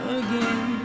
again